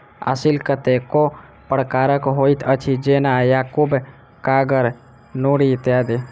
असील कतेको प्रकारक होइत अछि, जेना याकूब, कागर, नूरी इत्यादि